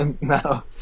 No